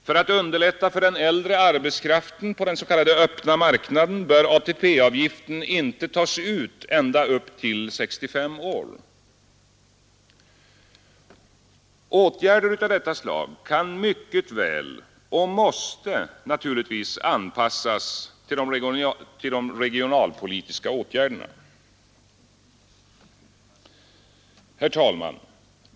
För att underlätta för den äldre arbetskraften på den s.k. öppna marknaden bör ATP-avgiften inte tas ut ända upp till 65 år. Åtgärder av detta slag kan mycket väl och måste naturligtvis anpassas till de regionalpolitiska åtgärderna. Herr talman!